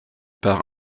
part